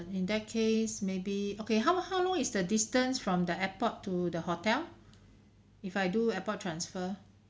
in that case maybe okay how how long is the distance from the airport to the hotel if I do airport transfer